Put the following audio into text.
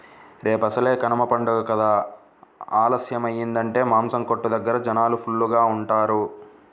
రేపసలే కనమ పండగ కదా ఆలస్యమయ్యిందంటే మాసం కొట్టు దగ్గర జనాలు ఫుల్లుగా ఉంటారు